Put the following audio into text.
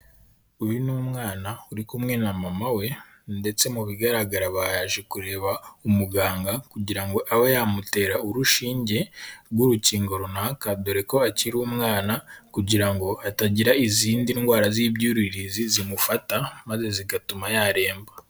Uyu ni umwana uri kumwe na mama we ndetse mu bigaragara baje kureba umuganga kugira ngo abe yamutera urushinge rw'urukingo runaka, dore ko akiri umwana kugira ngo atagira izindi ndwara z'ibyuririzi zimufata maze zigatuma yaremba.